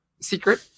secret